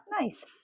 nice